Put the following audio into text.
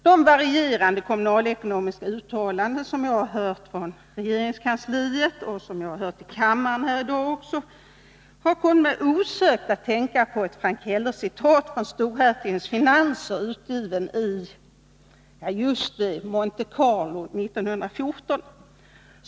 De varierande kommunalekonomiska uttalanden som har gjorts från regeringskansliet, liksom det vi har hört här i kammaren i dag, kommer mig osökt att tänka på ett Frank Heller-citat från Storhertigens finanser, utgiven i — ja, just det! — Monte Carlo 1914.